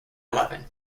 eleven